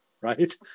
right